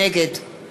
נגד